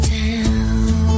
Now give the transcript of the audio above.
town